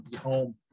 home